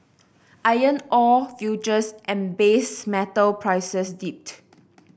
iron ore futures and base metal prices dipped